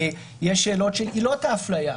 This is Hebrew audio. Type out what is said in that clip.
יש שאלות של עילות האפליה.